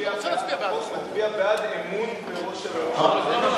שמצביע בעד החוק, מצביע בעד אמון בראש הממשלה.